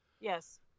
Yes